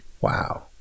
Wow